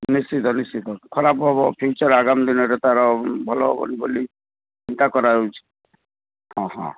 ନିଶ୍ଚିତ ନିଶ୍ଚିତ ଖରାପ ହେବ ଫିୟୁଚର ଆଗାମୀ ଦିନରେ ତାର ଭଲ ହେବନି ବୋଲି ଚିନ୍ତା କରାଯାଉଛି ହଁ ହଁ